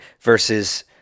versus